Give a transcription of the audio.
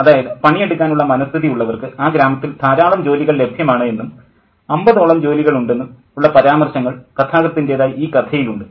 അതായത് പണിയെടുക്കാൻ ഉള്ള മനസ്ഥിതി ഉള്ളവർക്ക് ആ ഗ്രാമത്തിൽ ധാരാളം ജോലികൾ ലഭ്യമാണ് എന്നും അമ്പതോളം ജോലികൾ ഉണ്ടെന്നും ഉള്ള പരാമർശങ്ങൾ കഥാകൃത്തിൻ്റേതായി ഈ കഥയിൽ ഉണ്ട്